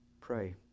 Pray